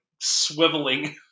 swiveling